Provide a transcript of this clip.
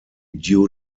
due